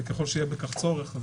ככל שיהיה בכך צורך.